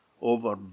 over